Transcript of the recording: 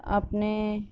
اپنے